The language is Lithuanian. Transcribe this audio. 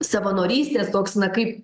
savanorystės toks na kaip